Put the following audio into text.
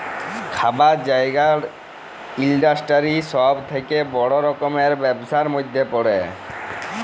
খাবার জাগালের ইলডাসটিরি ছব থ্যাকে বড় রকমের ব্যবসার ম্যধে পড়ে